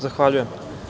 Zahvaljujem.